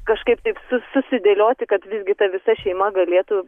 kažkaip taip su susidėlioti kad visgi ta visa šeima galėtų